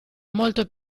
molto